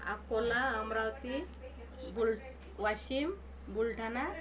अकोला अमरावती बुल वाशिम बुलढाणा